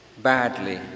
badly